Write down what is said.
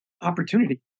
opportunity